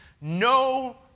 no